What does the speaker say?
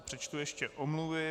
Přečtu ještě omluvy.